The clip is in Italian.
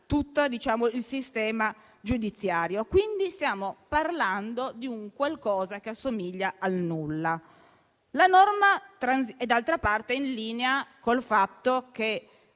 tutto il sistema giudiziario. Stiamo parlando di un qualcosa che assomiglia al nulla. D'altra parte ciò è in linea col fatto che